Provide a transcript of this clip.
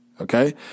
Okay